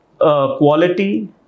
quality